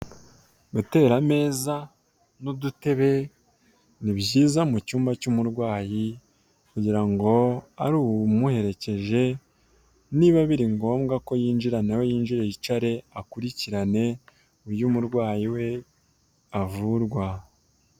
Gutera ameza n'udutebe ni byiza mu cyumba cy'umurwayi kugira ngo ari uwamuherekeje niba biri ngombwa ko yinjiranamo, yinjiye yicare akurikirane uburyo umurwayi we avurwa.